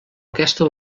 aquesta